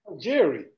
Jerry